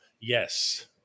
Yes